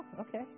okay